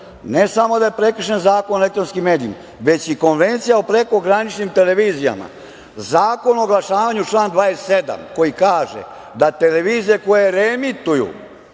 Ne samo da je prekršen Zakon o elektronskim medijima, već i Konvencija o prekograničnim televizijama. Zakon o oglašavanju, član 27. koji kaže da televizije koje reemituju,